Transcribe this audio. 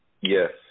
Yes